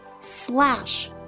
slash